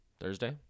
Thursday